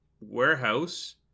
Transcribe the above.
warehouse